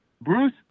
bruce